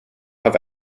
have